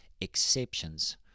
exceptions